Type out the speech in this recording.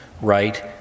right